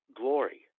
glory